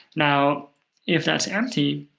now if that's empty,